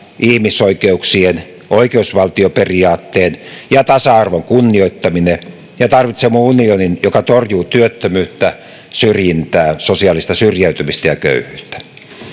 ihmisoikeuksien oikeusvaltioperiaatteen ja tasa arvon kunnioittaminen ja tarvitsemme unionin joka torjuu työttömyyttä syrjintää sosiaalista syrjäytymistä ja köyhyyttä